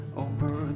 over